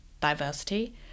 diversity